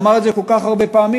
הוא אמר את זה כל כך הרבה פעמים,